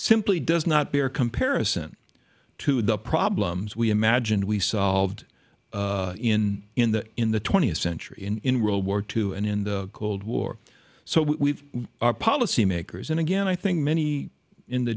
simply does not bear comparison to the problems we imagined we solved in in the in the twentieth century in world war two and in the cold war so we are policymakers and again i think many in the